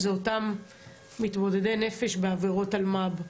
זה אותם מתמודדי נפש בעבירות אלמ"ב,